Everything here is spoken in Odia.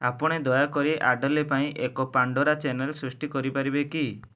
ଆପଣ ଦୟାକରି ଆଡ଼େଲେ ପାଇଁ ଏକ ପାଣ୍ଡୋରା ଚ୍ୟାନେଲ୍ ସୃଷ୍ଟି କରିପାରିବେ କି